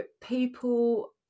people